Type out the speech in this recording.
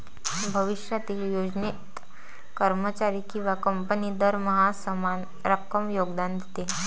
भविष्यातील योजनेत, कर्मचारी किंवा कंपनी दरमहा समान रक्कम योगदान देते